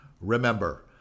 remember